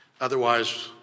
otherwise